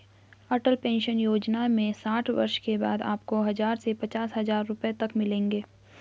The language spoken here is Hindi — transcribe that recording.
अटल पेंशन योजना में साठ वर्ष के बाद आपको हज़ार से पांच हज़ार रुपए तक मिलेंगे